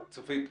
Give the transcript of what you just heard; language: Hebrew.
צופית,